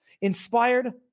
Inspired